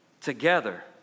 together